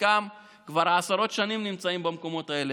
חלקם כבר עשרות שנים נמצאים במקומות האלה.